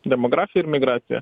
demografija ir migracija